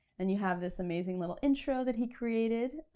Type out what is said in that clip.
and you have this amazing little intro that he created